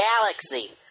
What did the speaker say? galaxy